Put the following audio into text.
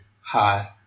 Hi